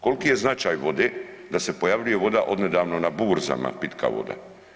Kolki je značaj vode da se pojavljuje voda odnedavno na burzama, pitka voda.